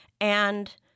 And-